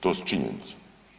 To su činjenice.